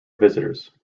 visitors